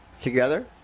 Together